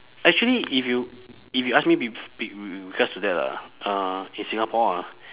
actually if you if you ask me bef~ be~ because of that ah uh in singapore ah